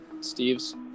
Steve's